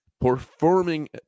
performing